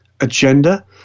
agenda